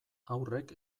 haurrek